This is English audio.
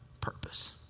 purpose